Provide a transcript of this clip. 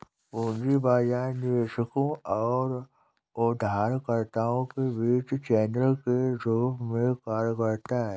पूंजी बाजार निवेशकों और उधारकर्ताओं के बीच चैनल के रूप में कार्य करता है